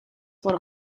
por